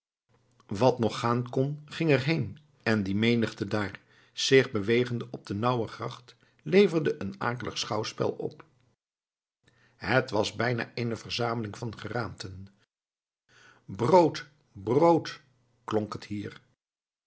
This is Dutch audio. wat nog gaan kon ging er heen en die menigte daar zich bewegende op de nauwe gracht leverde een akelig schouwspel op het was bijna eene verzameling van geraamten brood brood klonk het hier